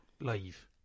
Live